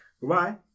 Goodbye